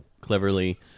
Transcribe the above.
cleverly